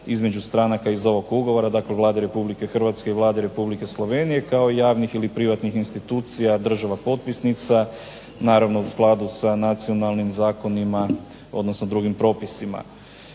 između stranaka iz ovog ugovora, dakle Vlade Republike Hrvatske i Vlade Republike Slovenije kao javnih ili privatnih institucija država potpisnica naravno u skladu sa nacionalnim zakonima, odnosno drugim propisima.